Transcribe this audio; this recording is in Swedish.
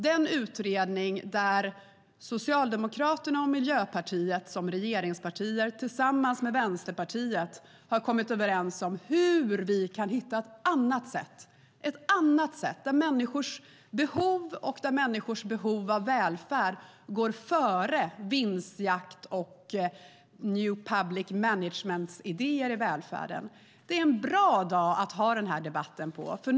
Det är den utredning där Socialdemokraterna och Miljöpartiet som regeringspartier tillsammans med Vänsterpartiet har kommit överens om hur vi kan hitta ett annat sätt - ett annat sätt där människors behov och människors behov av välfärd går före vinstjakt och idéer om new public management i välfärden. Det är en bra dag för att ha den här debatten.